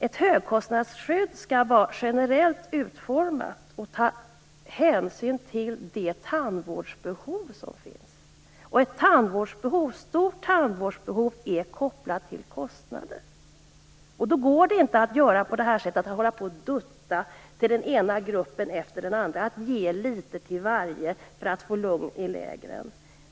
Ett högkostnadsskydd skall vara generellt utformat och ta hänsyn till det tandvårdsbehov som finns. Ett stort tandvårdsbehov är kopplat till kostnader. Då går det inte att hålla på och dutta till den ena gruppen efter den andra, att ge litet till varje grupp för att få lugn i lägren.